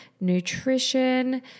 nutrition